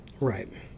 Right